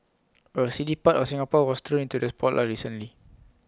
A seedy part of Singapore was thrown into the spotlight recently